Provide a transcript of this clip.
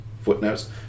footnotes